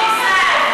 לישראל,